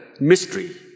mystery